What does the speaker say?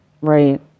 Right